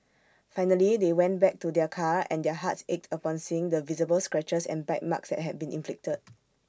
finally they went back to their car and their hearts ached upon seeing the visible scratches and bite marks that had been inflicted